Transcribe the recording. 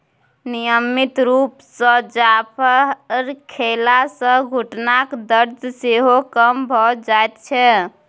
नियमित रुप सँ जाफर खेला सँ घुटनाक दरद सेहो कम भ जाइ छै